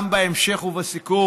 וגם בהמשך ובסיכום,